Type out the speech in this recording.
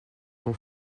ton